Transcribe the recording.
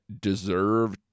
deserve